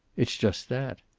it's just that.